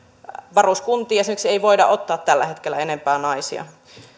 varuskuntiin esimerkiksi ei voida ottaa tällä hetkellä enempää naisia